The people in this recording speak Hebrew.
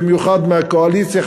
במיוחד מהקואליציה,